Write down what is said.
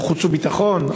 החוץ והביטחון,